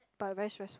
but very stressful